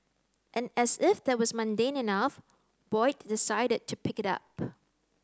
and as if that was mundane enough Boyd decided to pick it up